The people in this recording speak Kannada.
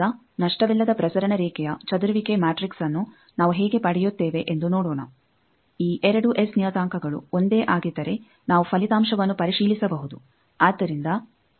ಈಗ ನಷ್ಟವಿಲ್ಲದ ಪ್ರಸರಣ ರೇಖೆಯ ಚದುರುವಿಕೆ ಮ್ಯಾಟ್ರಿಕ್ಸ್ನ್ನು ನಾವು ಹೇಗೆ ಪಡೆಯುತ್ತೇವೆ ಎಂದು ನೋಡೋಣ ಈ 2 ಎಸ್ ನಿಯತಾಂಕಗಳು ಒಂದೇ ಆಗಿದ್ದರೆ ನಾವು ಫಲಿತಾಂಶವನ್ನು ಪರಿಶೀಲಿಸಬಹುದು